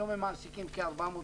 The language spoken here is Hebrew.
היום הם מעסיקים כ-400 עובדים.